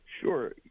Sure